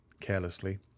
carelessly